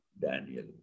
Daniel